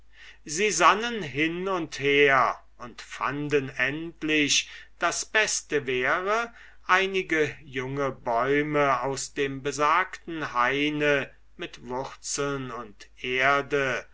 sie sannen hin und her und fanden endlich das beste wäre einige junge bäume aus dem besagten hain mit wurzel und erde